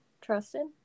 trusted